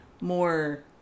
more